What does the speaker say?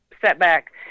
setback